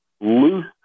loose